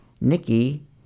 Nikki